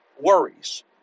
worries